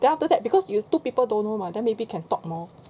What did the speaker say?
then after that because you took people don't know mah then maybe can talk more